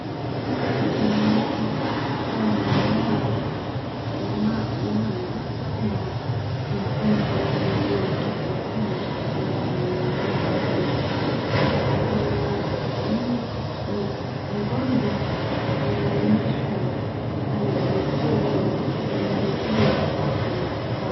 Hapa tunamwona daktari mmoja mama na mgonjwa mwingine hapo kando, ambaye ni mwanamke pia. Mgonjwa anaonyeshwa, anaelekezwaa, anaambiwa kitu na daktari.